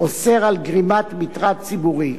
אוסר גרימת מטרד ציבורי.